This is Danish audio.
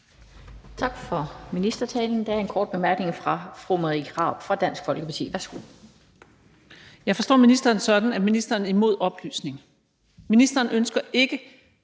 Tak for ministertalen. Der en kort bemærkning fra fru Marie Krarup fra Dansk Folkeparti. Værsgo. Kl. 19:22 Marie Krarup (DF): Jeg forstår ministeren sådan, at ministeren er imod oplysning. Ministeren ønsker ikke,